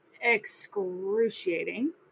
excruciating